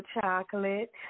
chocolate